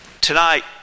Tonight